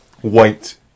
White